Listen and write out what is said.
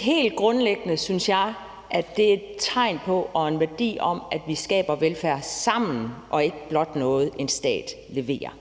Helt grundlæggende synes jeg, at det er en værdi og et tegn på, at vi skaber velfærd sammen, og at det ikke blot er noget, en stat leverer.